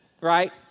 right